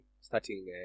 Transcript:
starting